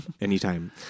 anytime